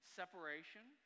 separation